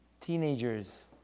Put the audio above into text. teenagers